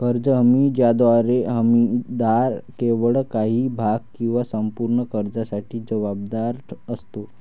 कर्ज हमी ज्याद्वारे हमीदार केवळ काही भाग किंवा संपूर्ण कर्जासाठी जबाबदार असतो